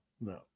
no